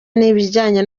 n’ibijyanye